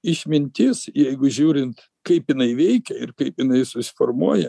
išmintis jeigu žiūrint kaip jinai veikia ir kaip jinai susiformuoja